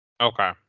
Okay